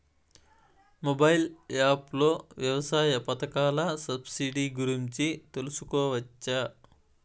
Mobile app లో వ్యవసాయ పథకాల సబ్సిడి గురించి తెలుసుకోవచ్చా?